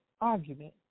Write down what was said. argument